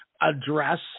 address